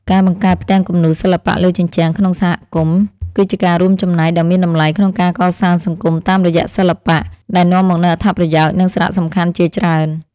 ការបង្កើតផ្ទាំងគំនូរសិល្បៈលើជញ្ជាំងក្នុងសហគមន៍ គឺជាការរួមចំណែកដ៏មានតម្លៃក្នុងការកសាងសង្គមតាមរយៈសិល្បៈ ដែលនាំមកនូវអត្ថប្រយោជន៍ និងសារៈសំខាន់ជាច្រើន។